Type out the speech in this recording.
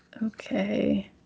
Okay